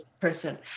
person